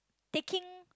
taking